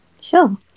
Sure